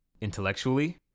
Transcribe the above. Intellectually